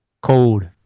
cold